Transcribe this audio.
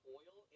oil